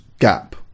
gap